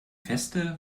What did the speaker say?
feste